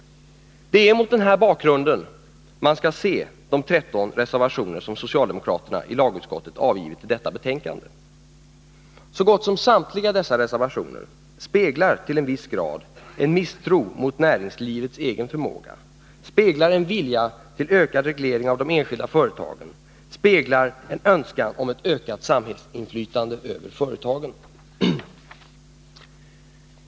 Det är mot denna bakgrund man skall se de 13 reservationer som socialdemokraterna i lagutskottet avgivit till detta betänkande. Så gott som samtliga dessa reservationer speglar tillen viss grad en misstro mot näringslivets egen förmåga, speglar en vilja till ökade regleringar av de enskilda företagen, speglar en önskan om ett ökat samhällsinflytande över företagen.